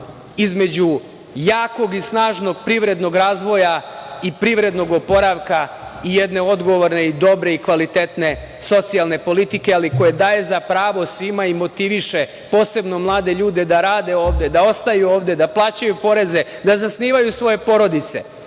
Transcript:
između jakog i snažnog privrednog razvoja i privrednog oporavka i jedne odgovorne, dobre i kvalitetne socijalne politike, ali koja daje za pravo svima i motiviše, posebno mlade ljude da rade ovde, da ostaju ovde, da plaćaju poreze, da zasnivaju svoje porodice. Zato